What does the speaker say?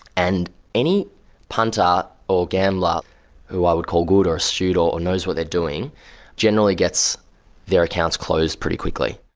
and any punter or gambler who i would call good or astute or knows what they're doing generally gets their accounts closed pretty quickly.